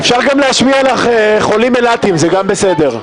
אפשר גם להשמיע לך חולים אילתים, זה גם בסדר.